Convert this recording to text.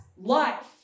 life